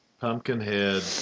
Pumpkinhead